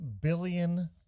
billion